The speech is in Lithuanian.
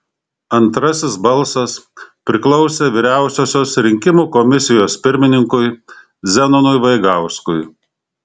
antrasis balsas priklausė vyriausiosios rinkimų komisijos pirmininkui zenonui vaigauskui